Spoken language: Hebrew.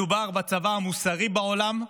מדובר בצבא המוסרי בעולם,